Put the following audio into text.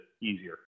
easier